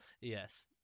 yes